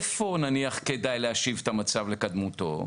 איפה כדאי להשיב את המצב לקדמותו?